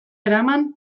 eraman